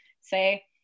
say